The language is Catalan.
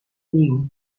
niu